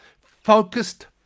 focused